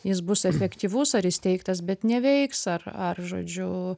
jis bus efektyvus ar įsteigtas bet neveiks ar ar žodžiu